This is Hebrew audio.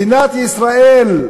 מדינת ישראל,